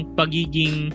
pagiging